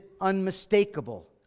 unmistakable